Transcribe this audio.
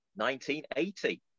1980